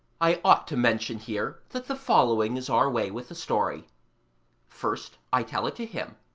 i ought to mention here that the following is our way with a story first i tell it to him,